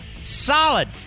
Solid